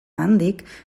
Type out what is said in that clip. handik